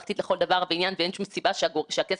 האם הייתה התנגדות בקרב חברי הכנסת?